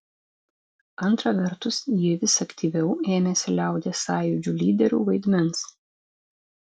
antra vertus jie vis aktyviau ėmėsi liaudies sąjūdžių lyderių vaidmens